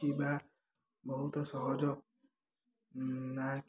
ଥିବା ବହୁତ ସହଜ ନାକି